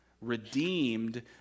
redeemed